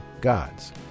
Gods